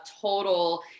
total